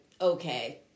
okay